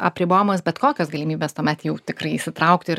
apribojamos bet kokios galimybės tuomet jau tikrai įsitraukt ir